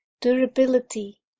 durability